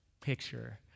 picture